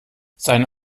seine